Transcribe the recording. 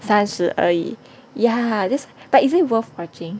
三十而已 yeah that's but is it worth watching